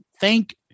thank